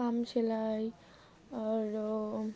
পাম সেলাই আরও